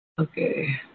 okay